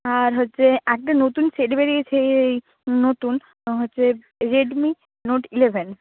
আর হচ্ছে একটা নতুন সেট বেরিয়েছে এই নতুন হচ্ছে রেডমি নোট ইলেভেন